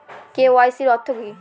KYC অর্থ কি?